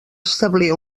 establir